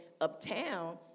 uptown